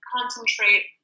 concentrate